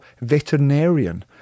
veterinarian